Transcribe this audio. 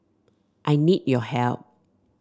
I need your help